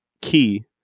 key